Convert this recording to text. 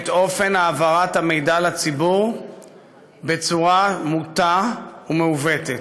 את אופן העברת המידע לציבור בצורה מוטה ומעוותת.